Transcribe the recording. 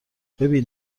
ببین